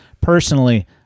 personally